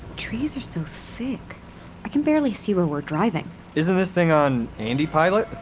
trees are so thick, i can barely see where we're driving isn't this thing on andi pilot?